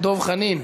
זה בעל-פה,